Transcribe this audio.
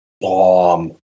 bomb